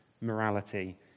morality